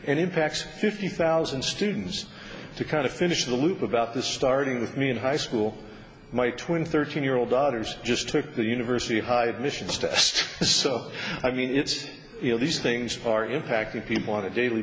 thousand students to kind of finish the loop about this starting with me in high school my twin thirteen year old daughter's just took the university high admissions test so i mean it's you know these things are impacting people on a daily